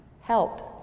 helped